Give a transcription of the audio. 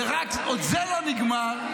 ועוד זה לא נגמר,